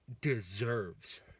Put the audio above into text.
deserves